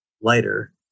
lighter